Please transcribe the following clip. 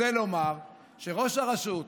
רוצה לומר שראש הרשות,